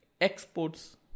exports